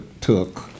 took